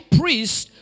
priest